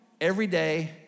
everyday